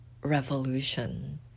revolution